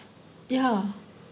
ya